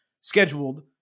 scheduled